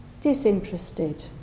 disinterested